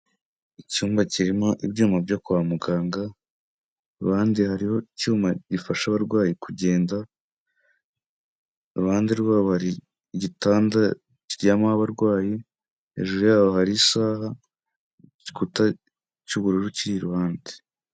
Icyumba kirimo ibyuma byo kwa muganga, iruhande hariho icyuma gifasha abarwayi kugenda, iruhande rwaho hari gitanda kiryamaho abarwayi, hejuru yaho hari isaha, igikuta cy'ubururu kiri iruhande.